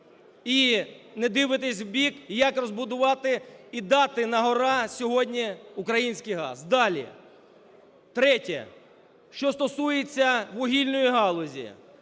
і не дивитеся в бік, як розбудувати і дати на гора сьогодні український газ? Далі. Третє: що стосується вугільної галузі.